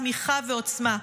תמיכה ועוצמה.